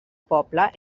poble